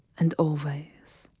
and always.